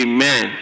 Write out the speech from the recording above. Amen